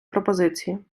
пропозиції